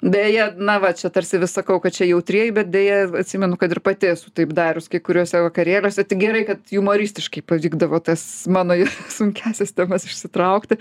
beje na va čia tarsi vis sakau kad čia jautrieji bet deja atsimenu kad ir pati esu taip darius kai kuriuose vakarėliuose tik gerai kad jumoristiš pavykdavo tas mano sunkiasias temas išsitraukti